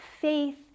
faith